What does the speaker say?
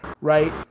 right